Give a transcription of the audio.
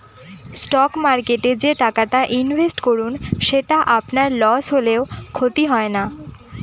stock মার্কেটে যে টাকাটা ইনভেস্ট করুন সেটা আপনার লস হলেও ক্ষতি হয় না